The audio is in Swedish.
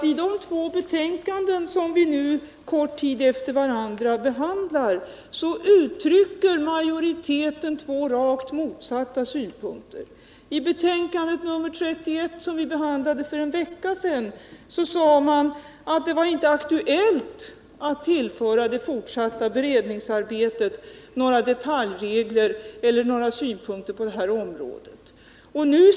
I de två betänkanden som vi nu kort tid efter varandra behandlar uttrycker majoriteten två rakt motsatta synpunkter. I civilutskottets betänkande nr 31, som vi behandlade för en vecka sedan, sade man att det inte var aktuellt att tillföra det fortsatta beredningsarbetet för planoch bygglagen några ”detaljregler” eller synpunkter på detta område.